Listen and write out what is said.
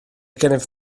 gennyf